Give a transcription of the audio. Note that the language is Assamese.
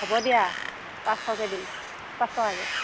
হ'ব দিয়া পাঁচশকে দিম পাঁচটকাকৈ